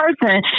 person